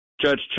Judge